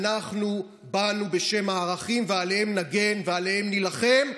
אנחנו באנו בשם הערכים, ועליהם נגן ועליהם נילחם,